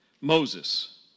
Moses